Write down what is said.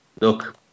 Look